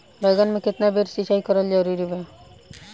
बैगन में केतना बेर सिचाई करल जरूरी बा?